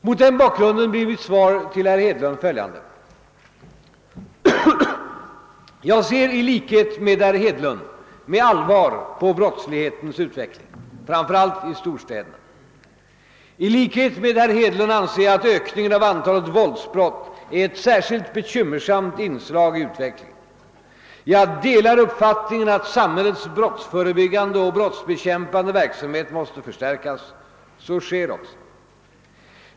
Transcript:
Mot den bakgrunden blir mitt svar till herr Hedlund följande. Jag ser i likhet med herr Hedlund med allvar på brottslighetens utveckling, framför allt i storstäderna. I likhet med herr Hedlund anser jag att ökningen av antalet våldsbrott är ett särskilt bekymmersamt inslag i utvecklingen. Jag delar uppfattningen att samhällets brottsförebyggande och brottsbekämpande verksamhet måste förstärkas. Så sker också.